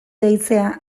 deitzea